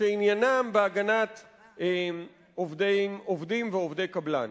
שעניינם בהגנת עובדים ועובדי קבלן.